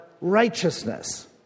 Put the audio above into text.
righteousness